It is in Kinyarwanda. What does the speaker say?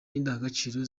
n’indangagaciro